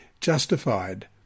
justified